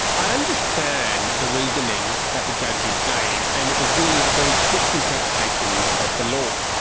i understand the reasoning that the judges gave and it was really a very strict interpretation of the law,